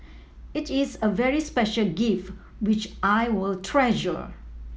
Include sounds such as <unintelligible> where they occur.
it is a very special <unintelligible> which I will treasure